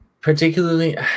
Particularly